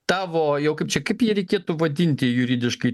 tavo jau kaip čia kaip jį reikėtų vadinti juridiškai